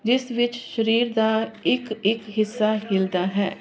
ਜਿਸ ਵਿੱਚ ਸਰੀਰ ਦਾ ਇੱਕ ਇੱਕ ਹਿੱਸਾ ਹਿੱਲਦਾ ਹੈ